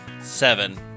seven